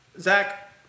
Zach